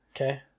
Okay